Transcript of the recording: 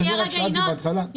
אני רק שאלתי בהתחלה --- שנייה רגע,